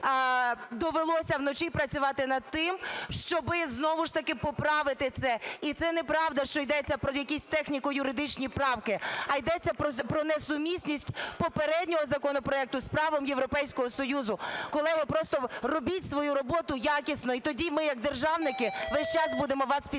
довелося вночі працювати над тим, щоби знову ж таки поправити це. І це неправда, що йдеться про якісь техніко-юридичні правки, а йдеться про несумісність попереднього законопроекту з правом Європейського Союзу. Колеги, просто робіть свою роботу якісно і тоді ми як державники весь час будемо вас підтримувати.